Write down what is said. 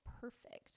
perfect